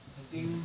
I think